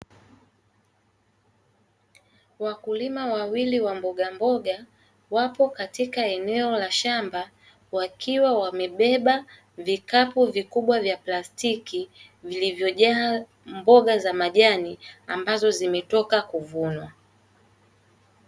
Wakulima wawili wa mbogamboga wako katika eneo la shamba, wakiwa wamebeba vikapu vikubwa vya plastiki; vilivyojaa mboga za majani ambazo zimetoka kuvunwa.